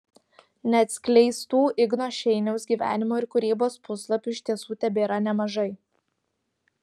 neatskleistų igno šeiniaus gyvenimo ir kūrybos puslapių iš tiesų tebėra nemažai